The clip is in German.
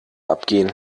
abgehen